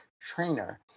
trainer